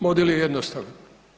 Model je jednostavan.